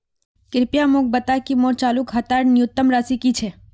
कृपया मोक बता कि मोर चालू खातार न्यूनतम राशि की छे